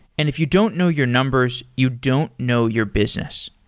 and if you don't know your numbers, you don't know your business.